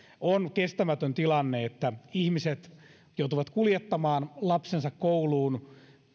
on kestämätön tilanne että ihmiset joutuvat kuljettamaan lapsensa kouluun